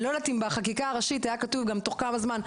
אני לא יודעת אם בחקיקה הראשית היה כתוב גם תוך כמה זמן.